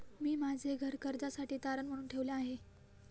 मी माझे घर कर्जासाठी तारण म्हणून ठेवले आहे